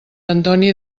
antoni